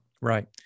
Right